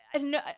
no